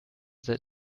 seid